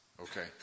Okay